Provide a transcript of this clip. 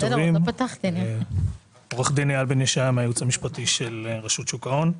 אני מהייעוץ המשפטי של רשות שוק ההון,